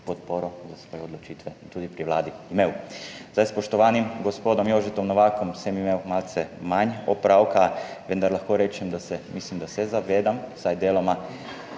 za svoje odločitve in tudi pri Vladi imel. Zdaj, s spoštovanim gospodom Jožetom Novakom sem imel malce manj opravka, vendar lahko rečem, da se, mislim, da se zavedam, vsaj deloma,